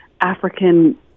African